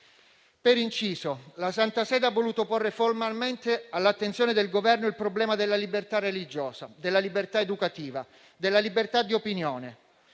Per inciso, la Santa Sede ha voluto porre formalmente all'attenzione del Governo il problema della libertà religiosa, della libertà educativa, della libertà di opinione.